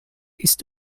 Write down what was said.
ist